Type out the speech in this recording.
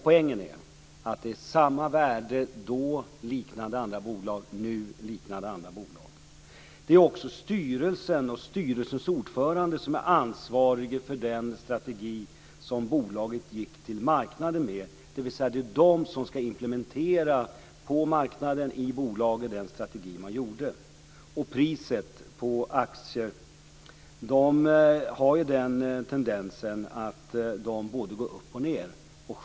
Poängen är den att det då var samma värde som för liknande andra bolag och nu är samma värde som för liknande andra bolag. Det är vidare styrelsen och dess ordförande som är ansvariga för den strategi som bolaget gick ut till marknaden med. Det är de som på marknaden ska implementera den strategi som man lade upp i bolaget. Priset på aktier har ju den tendensen att gå både upp och ned.